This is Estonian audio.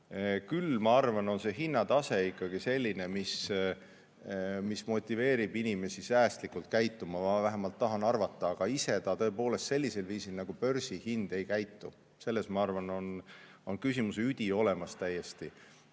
Küll aga ma arvan, et hinnatase on ikkagi selline, mis motiveerib inimesi säästlikult käituma. Ma vähemalt tahan seda arvata. Aga ise ta tõepoolest sellisel viisil nagu börsihind ei käitu ja selles, ma arvan, on küsimuse üdi täiesti